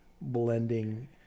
blending